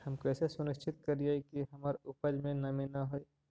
हम कैसे सुनिश्चित करिअई कि हमर उपज में नमी न होय?